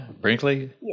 Brinkley